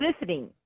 listening